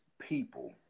people